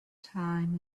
time